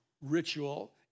ritual